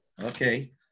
okay